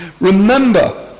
remember